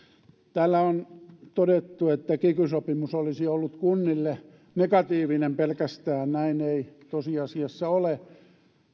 täällä on todettu että kiky sopimus olisi ollut kunnille negatiivinen pelkästään näin ei tosiasiassa ole